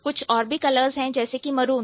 कुछ और भी कलर्स है जैसे कि मरून